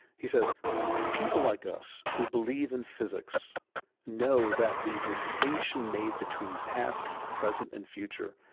he says people like us who believe in physics know that the distinction made between past, present, and future,